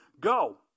go